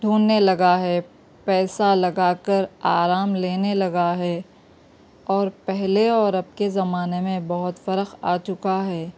ڈھوںڈنے لگا ہے پیسہ لگا کر آرام لینے لگا ہے اور پہلے اور اب کے زمانے میں بہت فرق آ چکا ہے